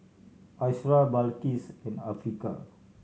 Asharaff Balqis and Afiqah